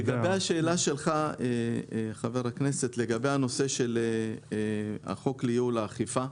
השאלה שלך לגבי החוק לייעול האכיפה.